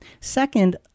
Second